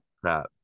crap